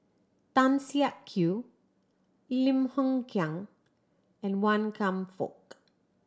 Tan Siak Kew Lim Hng Kiang and Wan Kam Fook